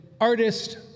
artist